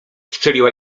strzeliła